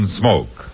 smoke